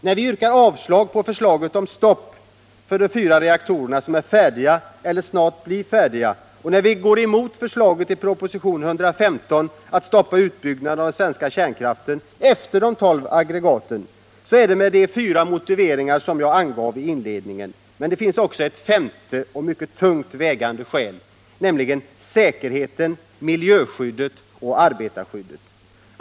När vi yrkar avslag på förslaget om stopp för de fyra reaktorer som är färdiga eller snart blir färdiga och när vi går emot förslaget i propositionen 115 att stoppa utbyggnaden av den svenska kärnkraften efter det tolfte aggregatet, så är det med de fyra motiveringar jag angav i inledningen. Men det finns också ett femte och mycket tungt vägande skäl — säkerheten, miljöskyddet och arbetarskyddet.